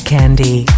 Candy